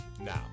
now